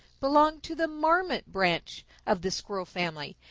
belong to the marmot branch of the squirrel family,